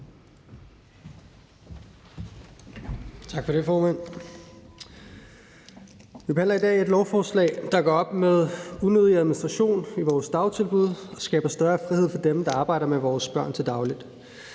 Tak for det, formand. Vi behandler i dag et lovforslag, der gør op med unødig administration i vores dagtilbud og skaber større frihed for dem, der arbejder med vores børn til daglig.